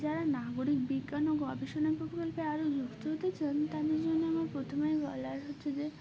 যারা নাগরিক বিজ্ঞান ও গবেষণা প্রকল্পে আরও যুক্ত হতে চায় তাদের জন্য আমার প্রথমে বলার হচ্ছে যে